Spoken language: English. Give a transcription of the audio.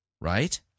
right